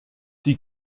die